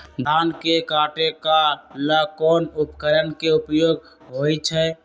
धान के काटे का ला कोंन उपकरण के उपयोग होइ छइ?